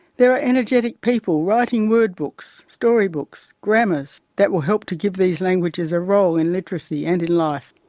there are energetic people writing word books, story books, grammars that will help to give these languages a role in literacy and in life.